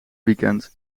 weekend